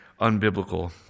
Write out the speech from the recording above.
unbiblical